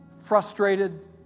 frustrated